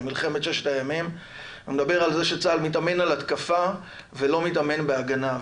על מלחמת ששת הימים ומדבר על זה שצה"ל מתאמן על התקפה ולא מתאמן בהגנה.